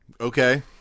Okay